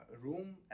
room